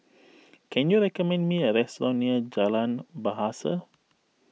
can you recommend me a restaurant near Jalan Bahasa